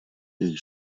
jejich